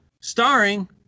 Starring